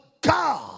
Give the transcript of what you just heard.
God